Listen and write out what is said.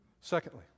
Secondly